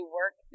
work